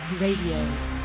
Radio